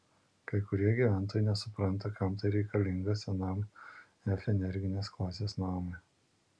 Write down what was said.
kai kurie gyventojai nesupranta kam tai reikalinga senam f energinės klasės namui